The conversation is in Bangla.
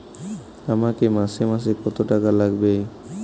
আমাকে মাসে মাসে কত টাকা লাগবে?